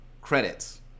credits